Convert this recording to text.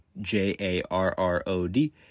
J-A-R-R-O-D